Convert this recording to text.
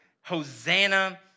Hosanna